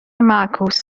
معکوس